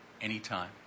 anytime